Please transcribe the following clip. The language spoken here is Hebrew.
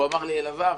הוא אמר לי: אלעזר,